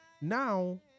Now